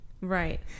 right